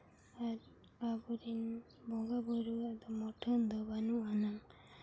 ᱟᱨ ᱟᱵᱚᱨᱤᱱ ᱵᱚᱸᱜᱟᱼᱵᱳᱨᱳᱣᱟᱜ ᱫᱚ ᱢᱩᱴᱷᱟᱹᱫ ᱫᱚ ᱵᱟᱹᱱᱩᱜ ᱟᱱᱟᱜ